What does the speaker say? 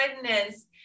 goodness